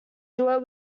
duet